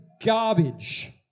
garbage